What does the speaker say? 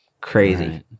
Crazy